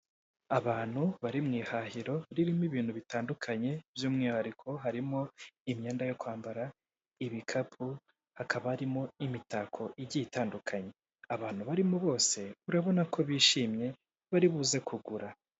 Abantu bari mu ihahiro ririmo ibintu bitandukanye, by'umwihariko harimo imyenda yo kwambara, ibikapu, hakaba harimo imitako igiye itandukanye, abantu barimo bose urabona ko bishimye bari buze kugura.